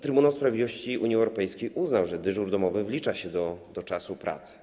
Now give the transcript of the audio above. Trybunał Sprawiedliwości Unii Europejskiej uznał, że dyżur domowy wlicza się do czasu pracy.